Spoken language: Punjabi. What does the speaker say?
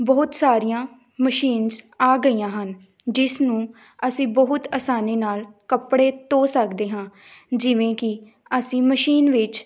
ਬਹੁਤ ਸਾਰੀਆਂ ਮਸ਼ੀਨਸ ਆ ਗਈਆਂ ਹਨ ਜਿਸ ਨੂੰ ਅਸੀਂ ਬਹੁਤ ਆਸਾਨੀ ਨਾਲ ਕੱਪੜੇ ਧੋ ਸਕਦੇ ਹਾਂ ਜਿਵੇਂ ਕਿ ਅਸੀਂ ਮਸ਼ੀਨ ਵਿੱਚ